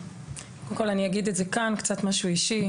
קודם כול אני אגיד כאן קצת משהו אישי,